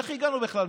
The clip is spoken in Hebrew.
איך הגענו בכלל,